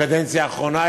בקדנציה האחרונה,